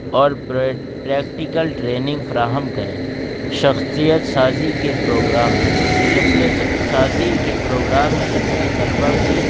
اور practical training فراہم کریں شخصیت سازی کے پروگرامز شخصیت سازی کے پروگرامز جن میں طلبا کی